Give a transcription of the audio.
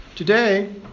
Today